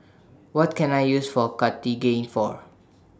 What Can I use For Cartigain For